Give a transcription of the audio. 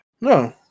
No